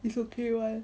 it's okay [one]